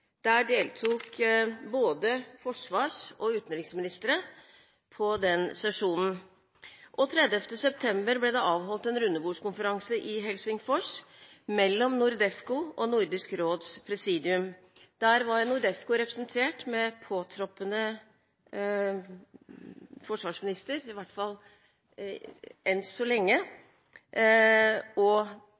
Der deltok både forsvars- og utenriksministre. Og 30. september ble det avholdt en rundebordskonferanse i Helsingfors mellom NORDEFCO og Nordisk råds presidium. Der var NORDEFCO representert med påtroppende forsvarsminister – i hvert fall enn så lenge – og